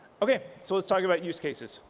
okay. so let's talk about use cases.